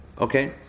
Okay